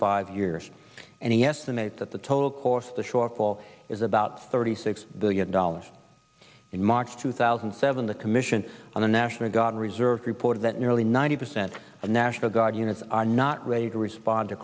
five years and he estimates that the total course the shortfall is about thirty six billion dollars in march two thousand and seven the commission on the national guard and reserves reported that nearly ninety percent of national guard units are not ready to respond to